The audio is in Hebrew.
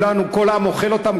כל העם אוכל אותם,